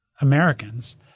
Americans